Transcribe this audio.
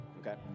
okay